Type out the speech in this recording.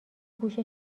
گوش